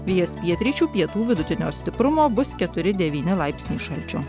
vėjas pietryčių pietų vidutinio stiprumo bus keturi devyni laipsniai šalčio